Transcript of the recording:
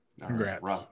Congrats